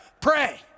Pray